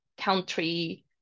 country